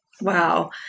Wow